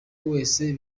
wese